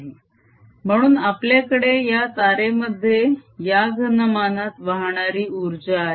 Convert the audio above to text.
S10EB10ρIa20I2πaI222a3n म्हणून आपल्याकडे या तारेमध्ये या घनमानात वाहणारी उर्जा आहे